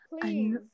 please